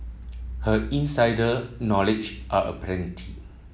her insider knowledge are aplenty